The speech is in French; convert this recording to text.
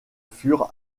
furent